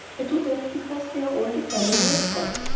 i do that because they are all the family i've got,